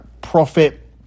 profit